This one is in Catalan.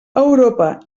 europa